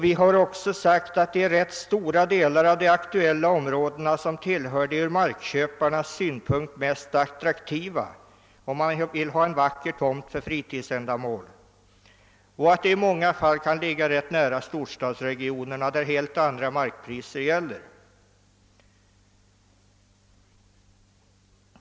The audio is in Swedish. Vi har också nämnt att rätt stora delar av de aktuella områdena tillhör de ur markköparnas synpunkt mest attraktiva, om man vill ha en vacker tomt för fritidsändamål. De kan i många fall ligga rätt nära storstadsregionerna, där helt andra markpriser gäller.